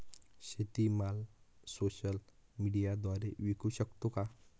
शेतीमाल सोशल मीडियाद्वारे विकू शकतो का?